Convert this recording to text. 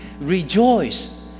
rejoice